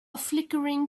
flickering